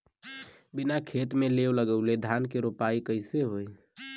बिना खेत में लेव लगइले धान के रोपाई कईसे होई